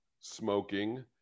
smoking